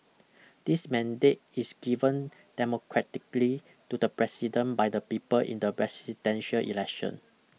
this mandate is given democratically to the president by the people in the presidential election